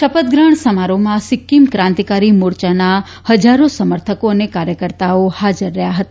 શપથ ગ્રહણ સમારોહમાં સિક્કિમ ક્રાંતિકારી મોરચાના હજારો સમર્થકો અને કાર્યકર્તાઓ હાજર રહ્યા હતા